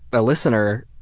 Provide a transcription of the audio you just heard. a listener,